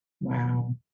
Wow